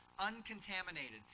uncontaminated